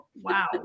Wow